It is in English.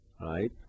Right